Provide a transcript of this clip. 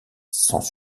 sans